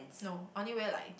no I only wear like